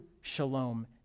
shalom